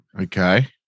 okay